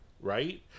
right